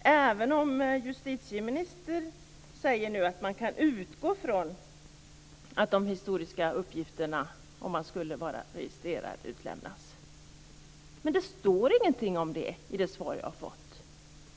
Även om justitieministern nu säger att man kan utgå från att de historiska uppgifterna lämnas ut om man skulle vara registrerad står det ingenting om det i det svar jag har fått.